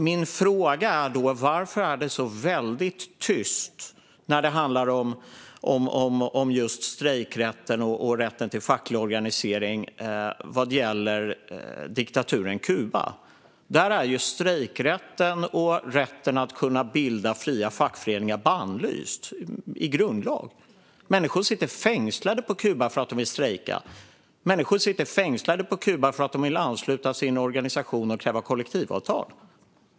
Min fråga är då varför det är så väldigt tyst när det handlar om just strejkrätten och rätten till facklig organisering vad gäller diktaturen Kuba. Där är strejkrätten och rätten att bilda fria fackföreningar bannlysta i grundlagen. Människor sitter fängslade på Kuba för att de vill strejka. Människor sitter fängslade på Kuba för att de vill ansluta sin organisation och kräva kollektivavtal.